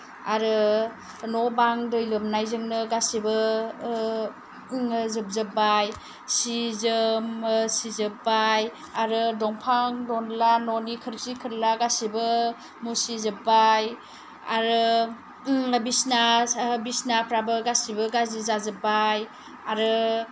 आरो न बां दै लोमनायजोंनो गासैबो जोबजोब्बाय सि जोम सिजोब्बाय आरो दंफां दनला न'नि खोरखि खोरला गासैबो मुसिजोब्बाय आरो बिसना बिसनाफ्राबो गासैबो गाज्रि जाजोब्बाय आरो